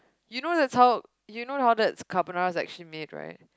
you know that's how you know how that's carbonara is actually made right